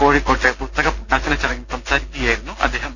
കോഴിക്കോട്ട് പുസ്തക പ്രകാശന ചടങ്ങിൽ സംസാരിക്കുകയായിരുന്നു മന്ത്രി